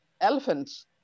elephants